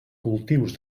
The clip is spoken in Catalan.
cultius